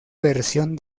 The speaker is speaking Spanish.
versión